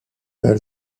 elle